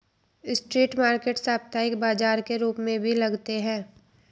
street market साप्ताहिक बाजार के रूप में भी लगते हैं